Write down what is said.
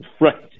Right